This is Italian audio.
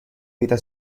vita